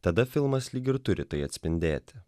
tada filmas lyg ir turi tai atspindėti